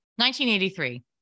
1983